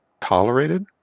tolerated